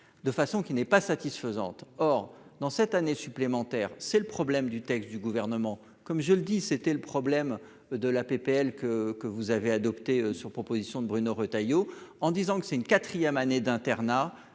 de façon qui n'est pas satisfaisante. Or dans cette année supplémentaire, c'est le problème du texte du gouvernement comme je le dis, c'était le problème de la PPL que que vous avez adopté sur proposition de Bruno Retailleau en disant que c'est une 4ème année d'internat,